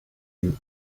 you